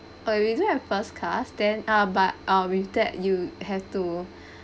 uh we do have first class then uh but uh with that you have to